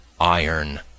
iron